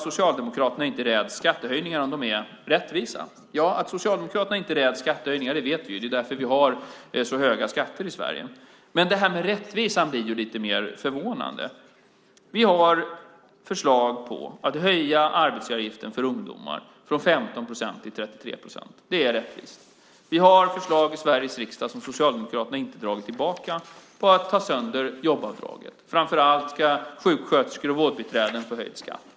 Socialdemokraterna räds inte skattehöjningar om de är rättvisa, säger Monica Green. Vi vet att socialdemokraterna inte räds skattehöjningar. Det är därför vi har så höga skatter i Sverige. Men det här med rättvisan blir lite mer förvånande. Ni har förslag på att höja arbetsgivaravgiften för ungdomar från 15 till 33 procent. Det är tydligen rättvist. Det finns förslag i Sveriges riksdag som Socialdemokraterna inte har dragit tillbaka om att ta sönder jobbavdraget. Framför allt ska sjuksköterskor och vårdbiträden få höjd skatt.